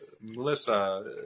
Melissa